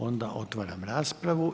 Onda otvaram raspravu.